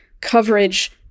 coverage